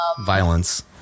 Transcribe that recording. violence